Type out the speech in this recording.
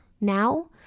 now